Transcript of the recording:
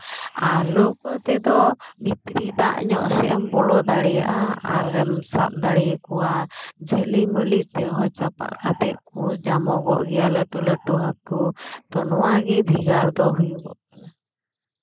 ᱟᱨ ᱞᱟᱹᱣᱠᱟᱹ ᱛᱮᱫᱚ ᱵᱷᱤᱛᱨᱤ ᱫᱟᱜ ᱧᱚᱜ ᱥᱮᱫ ᱮᱢ ᱵᱚᱞᱚ ᱫᱟᱲᱮᱭᱟᱜᱼᱟ ᱟᱨᱮᱢ ᱥᱟᱵ ᱫᱟᱲᱮᱭᱟᱠᱚᱣᱟ ᱡᱷᱟᱹᱞᱤ ᱢᱟᱹᱞᱤ ᱛᱮᱦᱚᱸ ᱪᱟᱯᱟᱫ ᱠᱟᱛᱮ ᱠᱩ ᱧᱟᱢᱚᱜᱚᱜ ᱜᱮᱭᱟ ᱞᱟᱹᱴᱩ ᱞᱟᱹᱴᱩ ᱦᱟ ᱠᱩ ᱛᱚ ᱱᱚᱣᱟ ᱜᱮ ᱵᱷᱮᱜᱟᱨ ᱫᱚ ᱦᱩᱭᱩᱜᱚᱜ ᱠᱟᱱᱟ